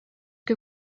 que